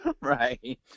Right